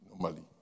normally